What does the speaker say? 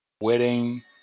wedding